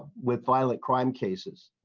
with violent crime cases.